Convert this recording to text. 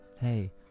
Hey